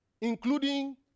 Including